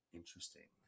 interesting